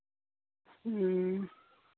ᱦᱮᱸ